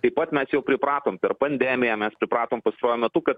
taip pat mes jau pripratom per pandemiją mes pripratom pastaruoju metu kad